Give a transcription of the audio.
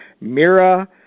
Mira